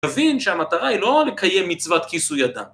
תבין שהמטרה היא לא לקיים מצוות כיסוי אדם